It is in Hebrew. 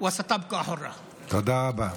ותישאר חופשית.) תודה רבה.